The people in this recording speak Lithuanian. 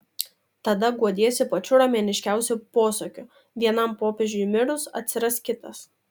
tada guodiesi pačiu romėniškiausiu posakiu vienam popiežiui mirus atsiras kitas